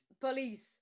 police